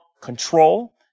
control